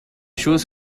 choses